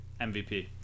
MVP